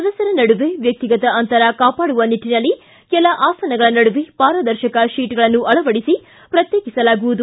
ಸದಸ್ಟರ ನಡುವೆ ವ್ಹಿಗತ ಅಂತರ ಕಾಪಾಡುವ ನಿಟ್ಟನಲ್ಲಿ ಕೆಲ ಆಸನಗಳ ನಡುವೆ ಪಾರದರ್ಶಕ ಶೀಟ್ಗಳನ್ನು ಅಳವಡಿಸಿ ಪ್ರತ್ಯೇಕಿಸಲಾಗುವುದು